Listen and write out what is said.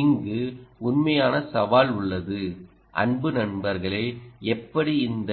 இங்கு உண்மையான சவால் உள்ளது அன்பு நண்பர்களே எப்படி இந்த